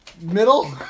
middle